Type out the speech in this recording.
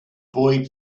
boy